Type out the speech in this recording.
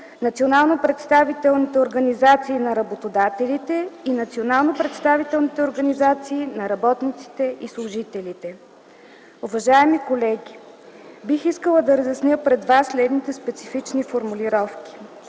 и служителите. Уважаеми колеги, бих искала да разясня пред вас следните специфични формулировки.